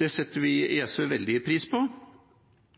Det setter vi i SV veldig pris på. Vi